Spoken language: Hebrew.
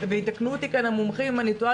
ויתקנו אותי כאן המומחים אם אני טועה,